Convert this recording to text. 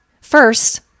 first